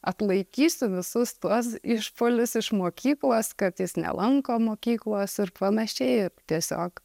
atlaikysiu visus tuos išpuolius iš mokyklos kartais nelanko mokyklos ir panašiai tiesiog